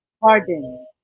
pardon